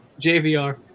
JVR